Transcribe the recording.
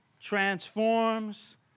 transforms